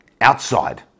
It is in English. outside